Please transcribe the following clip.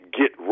get